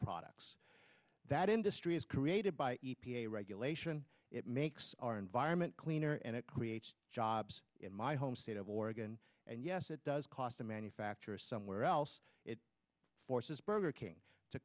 products that industry is created by e p a regulation it makes our environment cleaner and it creates jobs in my home state of oregon and yes it does cost a manufacturer somewhere else it forces burger king to